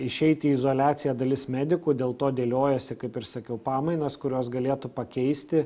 išeiti į izoliaciją dalis medikų dėl to dėliojasi kaip ir sakiau pamainas kurios galėtų pakeisti